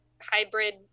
hybrid